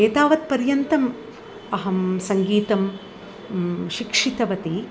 एतावत् पर्यन्तम् अहं सङ्गीतं शिक्षितवती